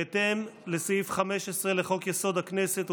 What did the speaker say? בהתאם לסעיף 15 לחוק-יסוד: הכנסת,